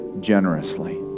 generously